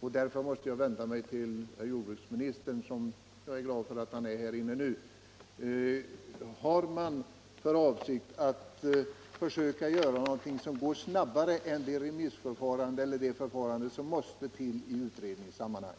Därför måste jag vända mig till jordbruksministern, och jag är glad över att han är här inne nu. Har man för avsikt att försöka göra någonting som går snabbare än det förfarande som måste till i utredningssammanhang?